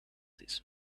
this